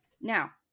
Now